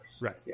right